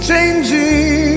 Changing